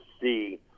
see